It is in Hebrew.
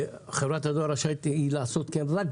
מחר או מחרתיים יכול להיות מנוצל לרעה